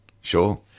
Sure